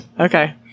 Okay